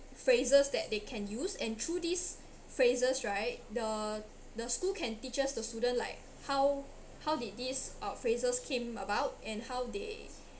phrases that they can use and through these phrases right the the school can teaches the students like how how did these uh phrases came about and how they